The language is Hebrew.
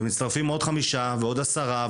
ומצטרפים עוד חמישה ועוד עשרה,